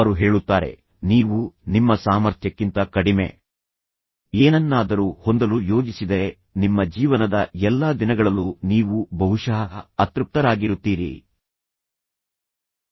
ತದನಂತರ ನೀನು ಎಂದಿಗೂ ಮಗಳನ್ನು ಅವನ ಇನ್ನೊಂದು ಮಡಿಲಲ್ಲಿ ಕುಳಿತುಕೊಳ್ಳಲು ಬಿಡುತ್ತಿರಲಿಲ್ಲ ಯಾವಾಗಲೂ ತುಂಬಾ ಸ್ವಾಮ್ಯಸೂಚಕ ಮತ್ತು ಯಾರಾದರೂ ನಿಮ್ಮ ತಂದೆಯ ಬಗ್ಗೆ ಏನು ಹೇಳಿದರೂ ನಿನಗೆ ಅದರ ಬಗ್ಗೆ ಕೆಟ್ಟ ಭಾವನೆ ಇತ್ತು